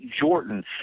Jordan